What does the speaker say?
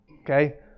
Okay